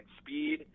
speed